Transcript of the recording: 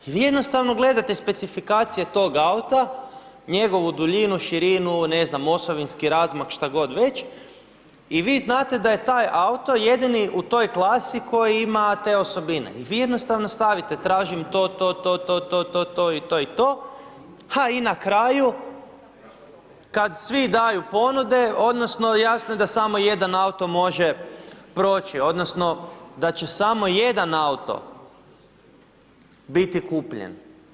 I vi jednostavno gledate specifikacije tog auta, njegovu duljinu, širinu, ne znam, osovinski razmak, šta god već i vi znate da je taj auto jedini u toj klasi koji ima te osobine i vi jednostavno stavite tražim to, to, to, to, to i to, a i na kraju kad svi daju ponude odnosno jasno je da samo jedan auto može proći odnosno da će samo jedan auto biti kupljen.